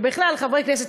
ובכלל חברי כנסת,